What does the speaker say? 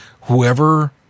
whoever